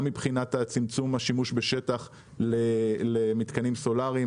גם מבחינת צמצום השימוש בשטח למתקנים סולאריים